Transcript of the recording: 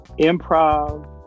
improv